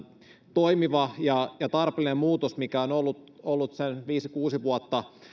toimiva ja ja tarpeellinen muutos mikä on ollut ollut sen viisi kuusi vuotta